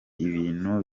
ibintu